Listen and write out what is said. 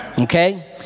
Okay